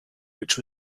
which